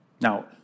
Now